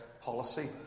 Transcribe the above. policy